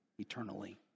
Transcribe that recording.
eternally